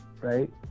Right